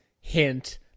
hint